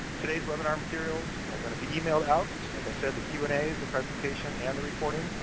today's webinar materials are going to be emailed out. so like i said, the q and a is the presentation and the recording.